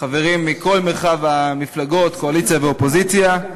חברים מכל מרחב המפלגות, קואליציה ואופוזיציה,